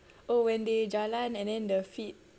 oh when they jalan and then the feet